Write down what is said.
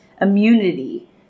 immunity